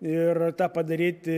ir tą padaryti